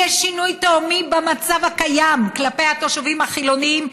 יהיה שינוי תהומי במצב הקיים כלפי התושבים החילונים,